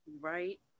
Right